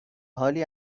حالی